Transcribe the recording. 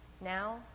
Now